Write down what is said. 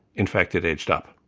in fact, it edged up.